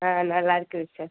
ஆ நல்லா இருக்குது சார்